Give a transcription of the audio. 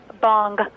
Bong